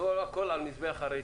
ולא הכול על מזבח הרייטינג.